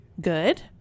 good